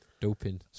doping